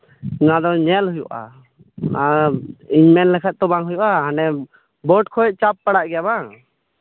ᱚᱱᱟ ᱫᱚ ᱧᱮᱞ ᱦᱩᱭᱩᱜᱼᱟ ᱟᱨ ᱤᱧ ᱢᱮᱱ ᱞᱮᱠᱷᱟᱱ ᱛᱚ ᱵᱟᱝ ᱦᱩᱭᱩᱜᱼᱟ ᱦᱟᱱᱰᱮ ᱵᱳᱨᱰ ᱠᱷᱚᱡ ᱪᱟᱯ ᱯᱟᱲᱟᱜ ᱜᱮᱭᱟ ᱵᱟᱝ